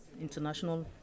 international